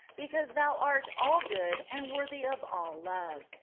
because thou art all-good and worthy of all love.